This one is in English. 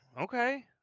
Okay